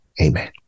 Amen